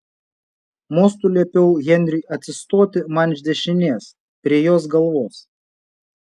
mostu liepiau henriui atsistoti man iš dešinės prie jos galvos